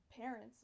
parents